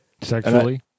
Sexually